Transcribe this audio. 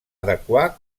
adequar